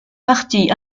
partie